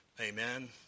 amen